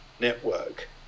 network